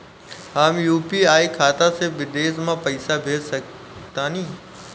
हम यू.पी.आई खाता से विदेश म पइसा भेज सक तानि?